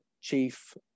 chief